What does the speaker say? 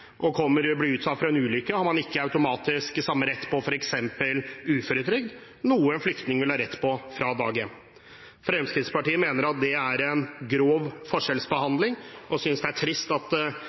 og kommer hjem, og blir utsatt for en ulykke, har vedkommende ikke automatisk rett til f.eks. uføretrygd, noe en flyktning vil ha rett til fra dag én. Fremskrittspartiet mener at det er en grov forskjellsbehandling, og synes det er trist at